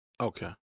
okay